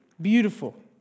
beautiful